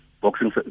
boxing